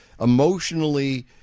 emotionally